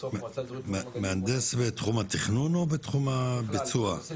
בסוף מועצה אזורית --- מהנדס בתחום התכנון או בתחום הביצוע,